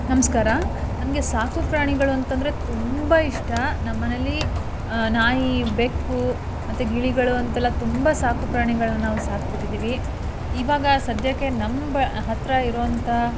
ನಮಸ್ಕಾರ ನನಗೆ ಸಾಕುಪ್ರಾಣಿಗಳು ಅಂತಂದರೆ ತುಂಬ ಇಷ್ಟ ನಮ್ಮ ಮನೆಯಲ್ಲಿ ನಾಯಿ ಬೆಕ್ಕು ಮತ್ತು ಗಿಳಿಗಳು ಅಂತೆಲ್ಲ ತುಂಬ ಸಾಕುಪ್ರಾಣಿಗಳನ್ನು ನಾವು ಸಾಕ್ಬಿಟ್ಟಿದೀವಿ ಇವಾಗ ಸಧ್ಯಕ್ಕೆ ನಮ್ಮ ಬ ಹತ್ತಿರ ಇರುವಂಥ